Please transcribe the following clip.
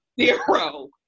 zero